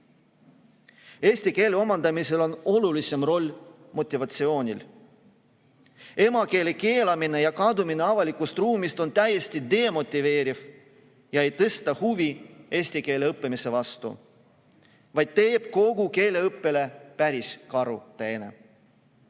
Eesti keele omandamisel on kõige olulisem roll motivatsioonil. Emakeele keelamine ja kadumine avalikust ruumist on täiesti demotiveeriv ega tõsta huvi eesti keele õppimise vastu, vaid teeb kogu keeleõppele tõelise karuteene.